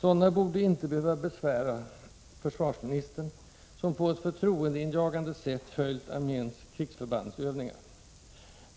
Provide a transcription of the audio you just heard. Sådana borde inte behöva besvära försvarsministern, som på ett förtroendeinjagande sätt följt arméns krigsförbandsövningar.